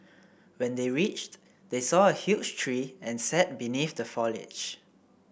when they reached they saw a huge tree and sat beneath the foliage